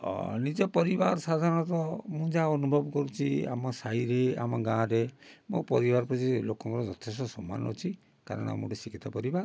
ଆଉ ନିଜ ପରିବାର ସାଧାରଣତଃ ମୁଁ ଯାହା ଅନୁଭବ କରୁଛି ଆମ ସାହିରେ ଆମ ଗାଁରେ ମୋ ପରିବାର ପ୍ରତି ଲୋକଙ୍କ ଯଥେଷ୍ଟ ସମ୍ମାନ ଅଛି କାରଣ ଆମେ ଗୋଟେ ଶିକ୍ଷିତ ପରିବାର